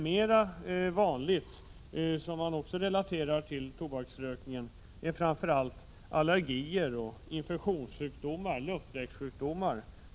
Mera vanligt i samband med tobaksrökning är framför allt allergier, infektionssjukdomar och lungvägssjukdomar.